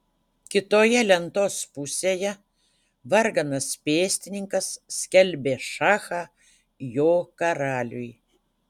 kitoje lentos pusėje varganas pėstininkas skelbė šachą jo karaliui